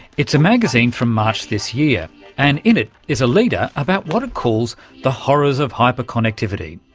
it's a magazine from march this year and in it is a leader about what it calls the horrors of hyperconnectivity.